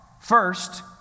first